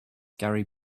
gary